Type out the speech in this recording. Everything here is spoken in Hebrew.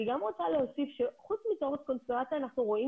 אני גם רוצה להוסיף שחוץ מתיאוריית קונספירציה אנחנו רואים